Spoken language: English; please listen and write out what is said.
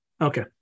okay